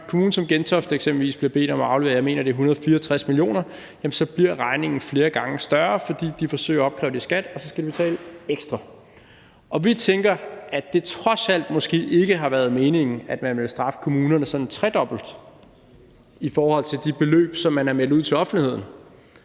når en kommune som Gentofte eksempelvis bliver bedt om at aflevere, jeg mener det er 164 mio. kr., så bliver regningen flere gange større, fordi de forsøger at opkræve det i skat, og så skal de betale ekstra. Vi tænker, at det trods alt måske ikke har været meningen, at man ville straffe kommunerne sådan tredobbelt i forhold til de beløb, som man har meldt ud til offentligheden